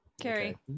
Carrie